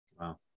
Wow